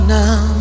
now